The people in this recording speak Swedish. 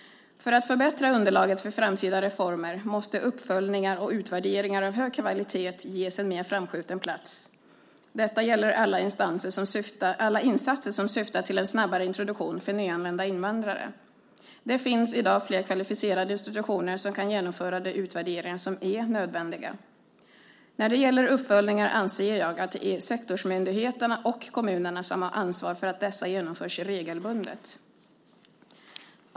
För att förbättra underlaget för framtida reformer måste uppföljningar och utvärderingar av hög kvalitet ges en mer framskjuten plats. Detta gäller alla insatser som syftar till en snabbare introduktion för nyanlända invandrare. Det finns i dag flera kvalificerade institutioner som kan genomföra de utvärderingar som är nödvändiga. När det gäller uppföljningar anser jag att det är sektorsmyndigheterna och kommunerna som har ansvar för att dessa genomförs regelbundet.